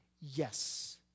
Yes